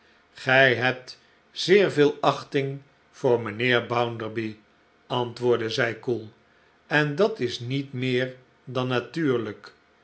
gij hebt zeer veel achting voor mijnheer bounderby antwoordde zij koel en dat is niet meer dan natuuriijk